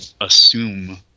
assume